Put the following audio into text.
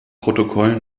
protokoll